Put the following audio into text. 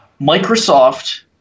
Microsoft